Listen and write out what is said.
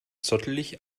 zottelig